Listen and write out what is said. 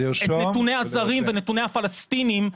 את נתוני העזרים ונתונים הפלסטינים,